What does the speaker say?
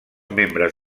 membres